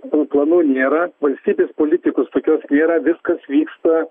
tų planų nėra valstybės politikos tokios nėra viskas vyksta